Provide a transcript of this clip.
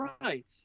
Right